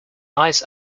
ice